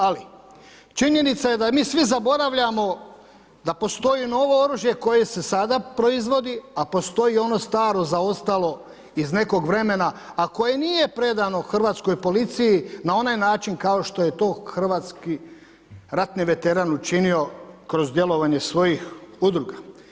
Ali činjenica je da mi svi zaboravljamo da postoji novo oružje koje se sada proizvodi, a postoji ono staro zaostalo iz nekog vremena a koje nije predano hrvatskoj policiji na onaj način kao što je to hrvatski ratni veteran učinio kroz djelovanje svojih udruga.